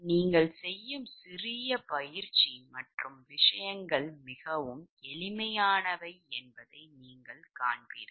நீங்கள் செய்யும் சிறிய பயிற்சி மற்றும் விஷயங்கள் மிகவும் எளிமையானவை என்பதை நீங்கள் காண்பீர்கள்